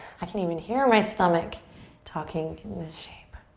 i can even hear my stomach talking in this shape.